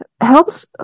Helps